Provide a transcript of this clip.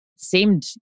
seemed